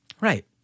Right